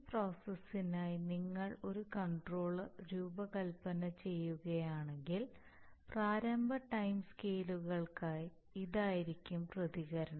ഈ പ്രോസസ്സിനായി നിങ്ങൾ ഒരു കൺട്രോളർ രൂപകൽപ്പന ചെയ്യുകയാണെങ്കിൽ പ്രാരംഭ ടൈം സ്കെയിലുകൾക്കായി ഇതായിരിക്കും പ്രതികരണം